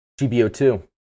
GBO2